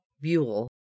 Buell